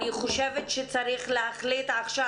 אני חושבת שצריך להחליט עכשיו.